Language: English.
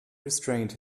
restrained